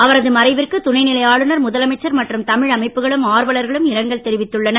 அவரது மறைவிற்கு துணைநிலை ஆளுனர் முதலமைச்சர் மற்றும் தமிழ் அமைப்புகளும் ஆர்வலர்களும் இரங்கல் தெரிவித்துள்ளனர்